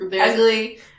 Ugly